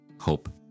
hope